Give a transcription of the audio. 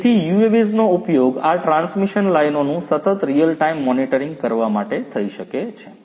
તેથી UAVs નો ઉપયોગ આ ટ્રાન્સમિશન લાઇનોનું સતત રીઅલ ટાઇમ મોનિટરિંગ કરવા માટે થઈ શકે છે